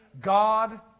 God